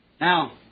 Now